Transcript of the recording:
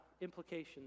implications